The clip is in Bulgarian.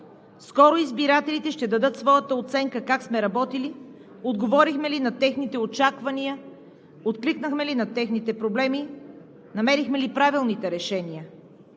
Скоро избирателите ще дадат своята оценка как сме работили, отговорихме ли на техните очаквания, откликнахме ли на техните проблеми, намерихме ли правилните решения?